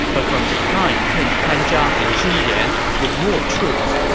but from behind came pan zhang and zhu yan with more troops.